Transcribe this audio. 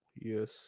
yes